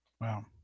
Wow